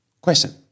Question